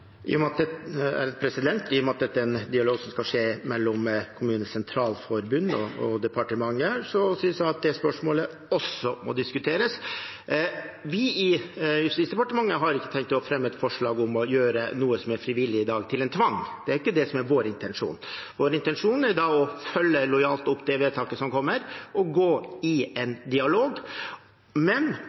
I og med at dette er en dialog som skal skje mellom KS og departementet, synes jeg at det spørsmålet også må diskuteres. Vi i Justisdepartementet har ikke tenkt å fremme et forslag om å gjøre noe som er frivillig i dag, til en tvang. Det er ikke det som er vår intensjon. Vår intensjon er å følge lojalt opp det vedtaket som kommer, og gå i en dialog. Men